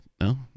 No